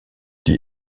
die